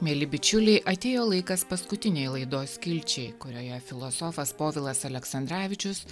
mieli bičiuliai atėjo laikas paskutinei laidos skilčiai kurioje filosofas povilas aleksandravičius